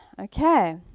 Okay